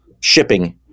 shipping